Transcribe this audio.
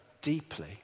deeply